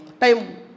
time